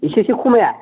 इसेसो खमाया